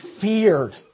feared